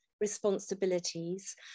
responsibilities